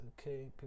okay